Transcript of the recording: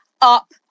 up